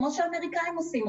כמו שהאמריקאים עושים.